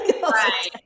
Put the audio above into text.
Right